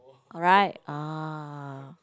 right ah